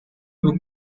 with